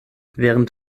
während